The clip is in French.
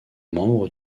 membre